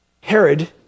Herod